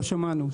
לא שמענו.